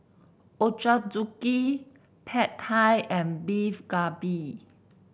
Ochazuke Pad Thai and Beef Galbi